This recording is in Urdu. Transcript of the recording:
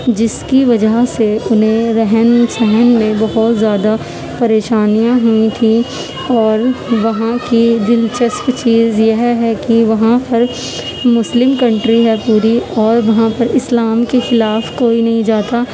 جس کی وجہ سے انہیں رہن سہن میں بہت زیادہ پریشانیاں ہوئی تھی اور وہاں کی دلچسپ چیز یہ ہے کہ وہاں پر مسلم کنٹری ہے پوری اور وہاں پر اسلام کے خلاف کوئی نہیں جاتا